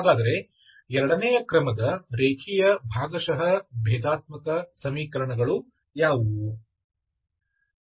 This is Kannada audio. ಹಾಗಾದರೆ ಎರಡನೇ ಕ್ರಮದ ರೇಖೀಯ ಭಾಗಶಃ ಭೇದಾತ್ಮಕ ಸಮೀಕರಣಗಳು ಯಾವುವು